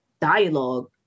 dialogue